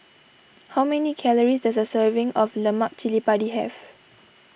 how many calories does a serving of Lemak Chili Padi have